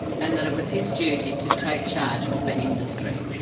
and that it was his duty to take charge of the industry,